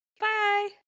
Bye